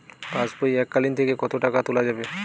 পাশবই এককালীন থেকে কত টাকা তোলা যাবে?